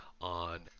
on